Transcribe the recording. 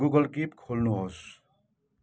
Google Keep खोल्नुहोस्